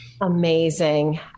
Amazing